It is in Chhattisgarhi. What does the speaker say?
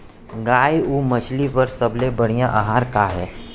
गाय अऊ मछली बर सबले बढ़िया आहार का हे?